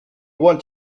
want